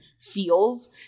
feels